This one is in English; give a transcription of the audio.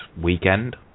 weekend